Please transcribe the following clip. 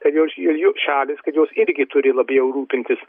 kad jos ir jų šalys kad jos irgi turi labiau rūpintis